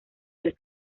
del